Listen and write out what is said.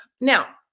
Now